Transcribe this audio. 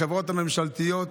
החברות הממשלתיות,